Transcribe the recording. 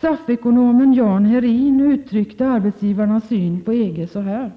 SAF-ekonomen Jan Herin uttryckte arbetsgivarnas syn på EG så här: